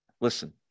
Listen